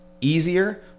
easier